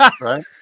Right